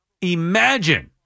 Imagine